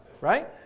Right